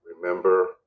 Remember